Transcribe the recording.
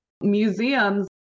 Museums